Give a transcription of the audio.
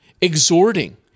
exhorting